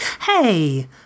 Hey